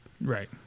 Right